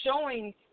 showing